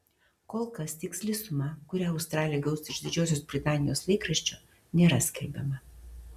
kol kas tiksli suma kurią australė gaus iš didžiosios britanijos laikraščio nėra skelbiama